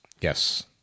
yes